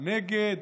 נגד